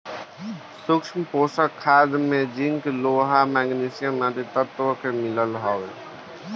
सूक्ष्म पोषक खाद में जिंक, लोहा, मैग्निशियम आदि तत्व के मिलल होला